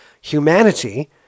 humanity